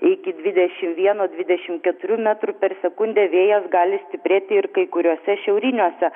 iki dvidešimt vieno dvidešimt keturių metrų per sekundę vėjas gali stiprėti ir kai kuriuose šiauriniuose